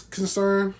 concern